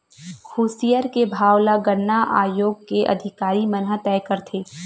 खुसियार के भाव ल गन्ना आयोग के अधिकारी मन ह तय करथे